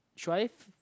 should I